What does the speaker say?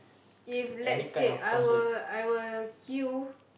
if let's say I were I were queue